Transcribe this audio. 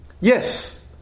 Yes